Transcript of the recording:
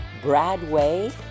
bradway